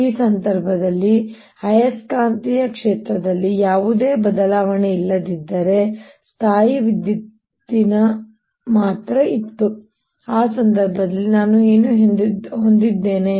ಈ ಸಂದರ್ಭದಲ್ಲಿ ಆಯಸ್ಕಾಂತೀಯ ಕ್ಷೇತ್ರದಲ್ಲಿ ಯಾವುದೇ ಬದಲಾವಣೆ ಇಲ್ಲದಿದ್ದರೆ ಸ್ಥಾಯೀವಿದ್ಯುತ್ತಿನ ಮಾತ್ರ ಇತ್ತು ಆ ಸಂದರ್ಭದಲ್ಲಿ ನಾವು ಏನು ಹೊಂದಿದ್ದೇವೆ